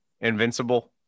Invincible